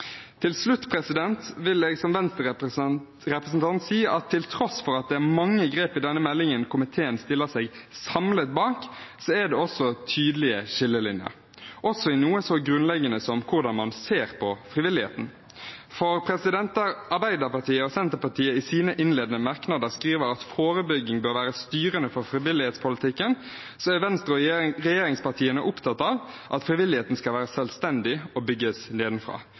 Til slutt vil jeg som Venstre-representant si at til tross for at det er mange grep i denne meldingen komiteen stiller seg samlet bak, er det også tydelige skillelinjer, også i noe så grunnleggende som hvordan man ser på frivilligheten. For der Arbeiderpartiet og Senterpartiet i sine innledende merknader skriver at forebygging bør være styrende for frivillighetspolitikken, er Venstre og regjeringspartiene opptatt av at frivilligheten skal være selvstendig og bygges